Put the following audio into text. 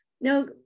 Now